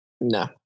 No